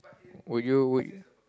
would you would